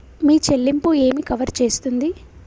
మీ చెల్లింపు ఏమి కవర్ చేస్తుంది?